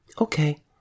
okay